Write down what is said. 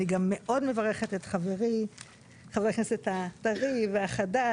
אני מברכת מאוד את חברי חבר הכנסת הטרי והחדש,